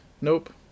Nope